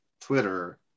Twitter